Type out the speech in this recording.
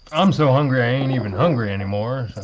i'm so hungry i ain't even hungry anymore,